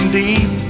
deep